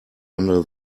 under